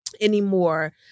anymore